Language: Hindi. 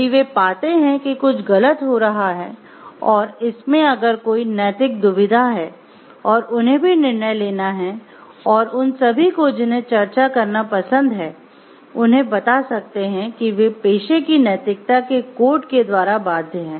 यदि वे पाते हैं कि कुछ गलत हो रहा है और इसमें अगर कोई नैतिक दुविधा है और उन्हें भी निर्णय लेना है और उन सभी को जिन्हें चर्चा करना पसंद है उन्हें बता सकते हैं कि वे पेशे की नैतिकता के कोड के द्वारा बाध्य हैं